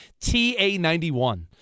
TA91